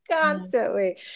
constantly